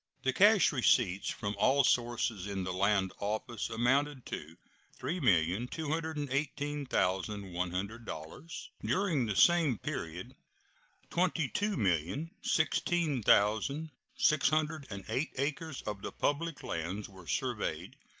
the cash receipts from all sources in the land office amounted to three million two hundred and eighteen thousand one hundred dollars. during the same period twenty two million sixteen thousand six hundred and eight acres of the public lands were surveyed,